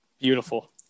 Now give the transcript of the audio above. Beautiful